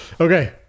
okay